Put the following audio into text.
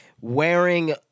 wearing